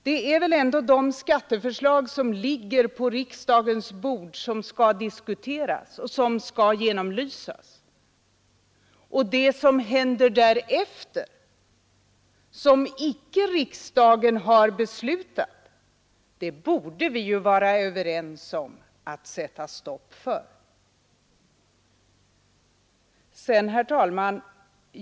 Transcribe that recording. Det är väl ändå de skatteförslag som ligger på riksdagens bord som skall diskuteras och genomlysas, och det som händer därefter utan riksdagens medverkan borde vi ju vara överens om att sätta stopp för. Herr talman!